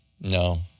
no